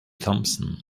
thompson